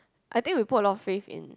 I think we put a lot of faith in